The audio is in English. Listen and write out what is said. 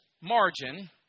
margin